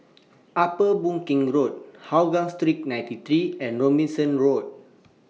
Upper Boon Keng Road Hougang Street ninety three and Robinson Road